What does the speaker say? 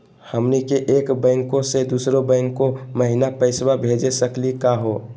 हमनी के एक बैंको स दुसरो बैंको महिना पैसवा भेज सकली का हो?